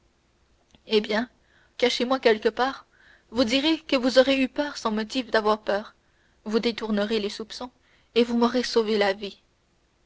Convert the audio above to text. eh bien cachez-moi quelque part vous direz que vous avez eu peur sans motif d'avoir peur vous détournerez les soupçons et vous m'aurez sauvé la vie